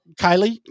Kylie